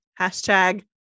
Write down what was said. hashtag